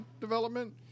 development